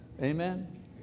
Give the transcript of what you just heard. Amen